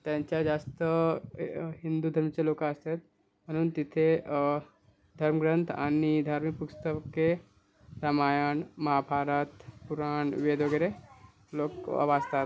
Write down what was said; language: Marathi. त्यांच्या जास्त हिंदू त्यांचे लोक असतात म्हणून तिथे धर्मग्रंथ आणि धार्मिक पुस्तके रामायण महाभारत पुराण वेद वगैरे लोक वं वाचतात